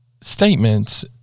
statements